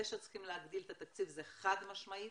זה שצריכים להגדיל את התקציב זה חד משמעי,